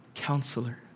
Counselor